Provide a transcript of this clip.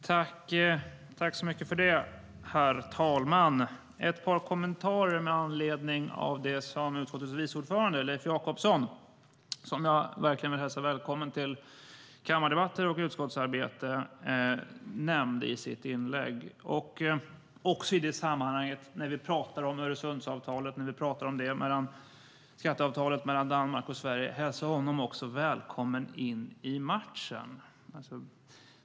Herr talman! Jag har ett par kommentarer med anledning av det som utskottets vice ordförande Leif Jakobsson, som jag verkligen vill hälsa välkommen till kammardebatter och utskottsarbete, nämnde i sitt inlägg. När vi pratar om Öresundsavtalet och när vi pratar om skatteavtalet mellan Danmark och Sverige vill jag hälsa honom välkommen in också i den matchen.